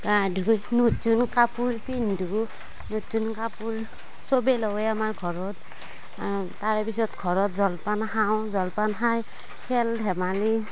গা ধুই নতুন কাপোৰ পিন্ধো নতুন কপোৰ চবে লয় আমাৰ ঘৰত তাৰে পিছত ঘৰত জলপান খাওঁ জলপান খাই খেল ধেমালি